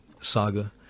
saga